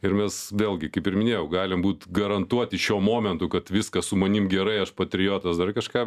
ir mes vėlgi kaip ir minėjau galim būt garantuoti šiuo momentu kad viskas su manim gerai aš patriotas dar kažką